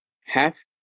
half